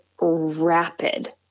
rapid